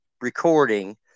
recording